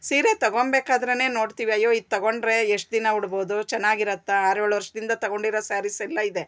ಸೀರೆ ತೊಗೊಳ್ಬೇಕಾದ್ರೇನೆ ನೋಡ್ತೀವಿ ಅಯ್ಯೋ ಇದು ತಗೊಂಡ್ರೆ ಎಷ್ಟು ದಿನ ಉಡ್ಬಹುದು ಚೆನ್ನಾಗಿರುತ್ತಾ ಆರು ಏಳು ವರ್ಷದಿಂದ ತೊಗೊಂಡಿರೋ ಸಾರೀಸ್ಸೆಲ್ಲ ಇದೆ